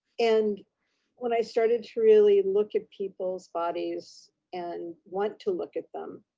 and when i started to really look at people's bodies and want to look at them,